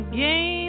game